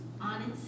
Honest